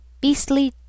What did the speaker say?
beastly